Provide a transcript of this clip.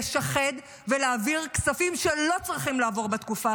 לשחד ולהעביר כספים שלא צריכים לעבור בתקופה